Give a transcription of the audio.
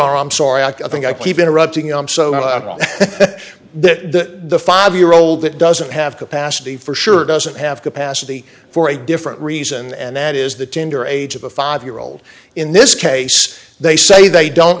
are i'm sorry i think i keep interrupting him so that the five year old that doesn't have capacity for sure doesn't have capacity for a different reason and that is the tender age of a five year old in this case they say they don't